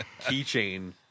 keychain